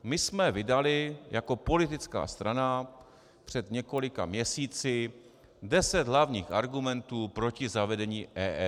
My jsme vydali jako politická strana před několika měsíci deset hlavních argumentů proti zavedení EET.